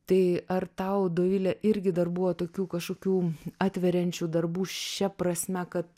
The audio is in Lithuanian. tai ar tau dovile irgi dar buvo tokių kažkokių atveriančių darbų šia prasme kad